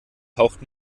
taucht